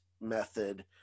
method